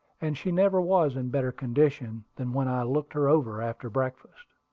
and she never was in better condition than when i looked her over after breakfast.